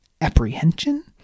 Apprehension